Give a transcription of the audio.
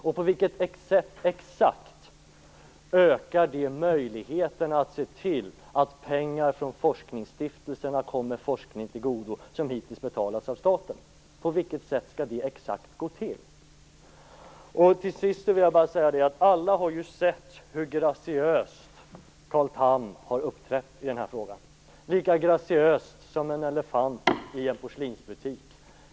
Exakt på vilket sätt ökar det möjligheterna att se till att pengar från forskningsstiftelserna kommer forskning till godo som hittills betalats av staten? På vilket sätt skall det exakt gå till? Alla har ju sett hur graciöst Carl Tham har uppträtt i den här frågan, lika graciöst som en elefant i en porslinsbutik.